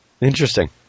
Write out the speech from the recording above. Interesting